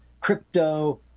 crypto